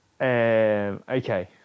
Okay